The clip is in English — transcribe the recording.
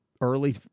early